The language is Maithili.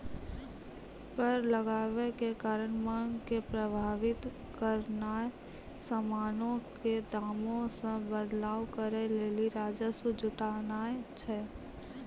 कर लगाबै के कारण मांग के प्रभावित करनाय समानो के दामो मे बदलाव करै लेली राजस्व जुटानाय छै